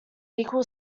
equal